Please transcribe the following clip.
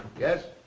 yes?